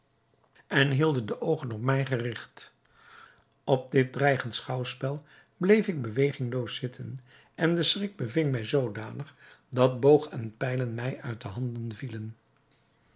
en hielden de oogen op mij gerigt op dit dreigend schouwspel bleef ik bewegingloos zitten en de schrik beving mij zoodanig dat boog en pijlen mij uit de handen vielen